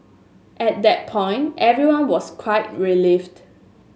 at that point everyone was quite relieved